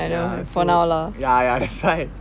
ya so ya ya that's why